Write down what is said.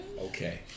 Okay